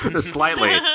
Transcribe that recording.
Slightly